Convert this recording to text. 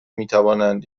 میتوانند